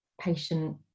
patient